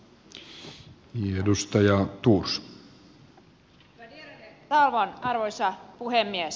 värderade talman arvoisa puhemies